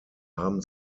haben